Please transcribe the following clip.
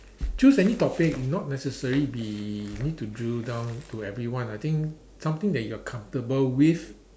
choose any topic not necessary be need to drill down to everyone I think something that you are comfortable with